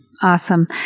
Awesome